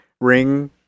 ring